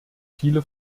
viele